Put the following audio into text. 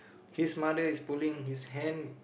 his mother is pulling his hand